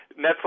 Netflix